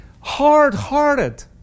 hard-hearted